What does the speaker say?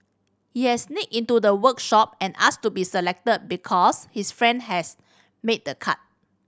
he had sneaked into the workshop and asked to be selected because his friend has made the cut